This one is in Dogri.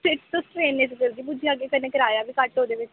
तुस ट्रेने च जल्दी पुज्जी जाह्गे कन्नै कराया बी घट्ट ओह्दे च